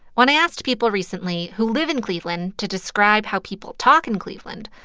when i asked people recently who live in cleveland to describe how people talk in cleveland,